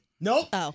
Nope